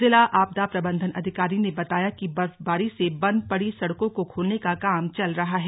जिला आपदा प्रबंधन अधिकारी ने बताया कि बर्फबारी से बंद पड़ी सड़कों को खोलने का काम चल रहा है